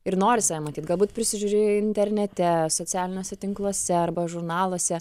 ir nori save matyt galbūt prisižiūri internete socialiniuose tinkluose arba žurnaluose